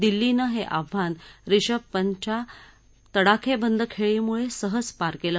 दिल्लीनं हे आव्हान ऋषभ पंतच्या तडाखेबंद खेळीमुळे सहज पार केलं